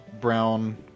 brown